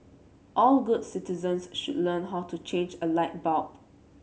all good citizens should learn how to change a light bulb